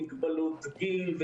מגבלות גיל,